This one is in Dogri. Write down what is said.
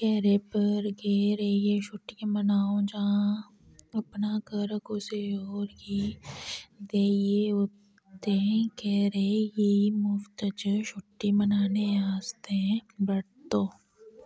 घरै पर गै रेहियै छुट्टियां मनाओ जां अपना घर कुसै होर गी देइयै ते घरै गी मुफ्त च छुट्टी मनाने आस्तै बरतो